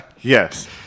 Yes